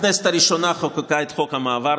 הכנסת הראשונה חוקקה את חוק המעבר,